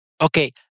Okay